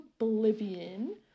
oblivion